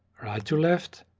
right to left,